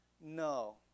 no